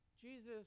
Jesus